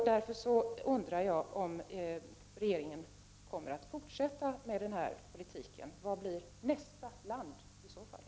Därför undrar jag om regeringen kommer att fortsätta med denna politik. Vilket blir i så fall nästa land?